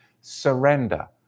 Surrender